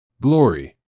Glory